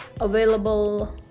available